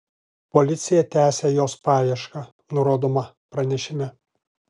policija tęsią jos paiešką nurodoma pranešime